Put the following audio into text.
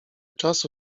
czasu